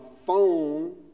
phone